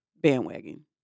bandwagon